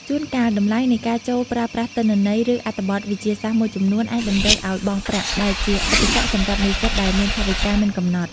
ជួនកាល តម្លៃនៃការចូលប្រើប្រាស់ទិន្នន័យ ឬអត្ថបទវិទ្យាសាស្ត្រមួយចំនួនអាចតម្រូវឱ្យបង់ប្រាក់ ដែលជាឧបសគ្គសម្រាប់និស្សិតដែលមានថវិកាមានកម្រិត។